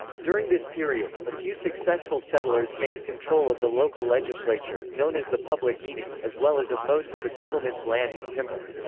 during this period, a few successful settlers gained control of the local legislature, known as the public meeting, as well as of most of the settlement's land and timber.